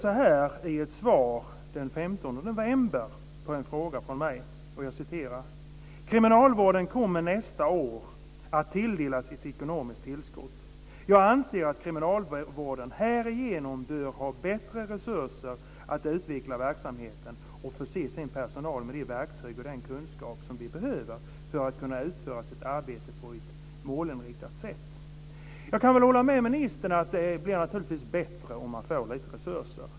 Justitieministern skriver den 15 november i ett svar på en fråga från mig: Kriminalvården kommer nästa år att tilldelas ett ekonomiskt tillskott. Jag anser att kriminalvården härigenom bör ha bättre resurser att utveckla verksamheten och förse sin personal med de verktyg och den kunskap som de behöver för att kunna utföra sitt arbete på ett målinriktat sätt. Jag kan hålla med justitieministern om att det naturligtvis blir bättre om man får resurser.